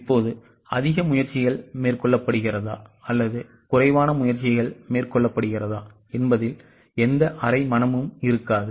இப்போது அதிக முயற்சிகள் மேற்கொள்ளப்படுகிறதா அல்லது குறைவான முயற்சிகள் மேற்கொள்ளப்படுகிறதா என்பதில் எந்த அரை மனமும் இருக்காது